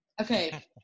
Okay